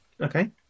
Okay